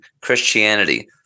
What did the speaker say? Christianity